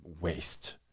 waste